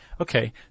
okay